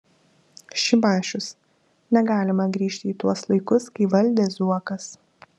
šimašius negalima grįžti į tuos laikus kai valdė zuokas